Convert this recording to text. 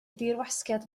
dirwasgiad